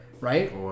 right